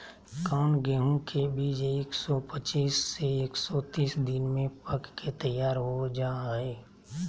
कौन गेंहू के बीज एक सौ पच्चीस से एक सौ तीस दिन में पक के तैयार हो जा हाय?